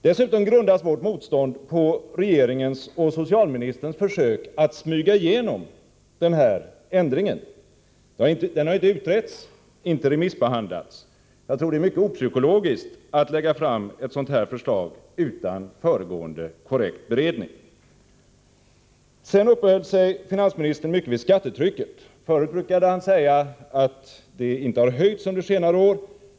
Dessutom grundas vårt motstånd på regeringens och socialministerns försök att smyga igenom ändringen. Den har inte utretts och inte remissbehandlats. Jag tror att det är mycket opsykologiskt att lägga fram ett sådant här förslag utan föregående korrekt beredning. Finansministern uppehåller sig mycket vid skattetrycket. Förut brukade han säga att det inte hade höjts under senare år.